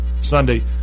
Sunday